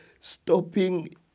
stopping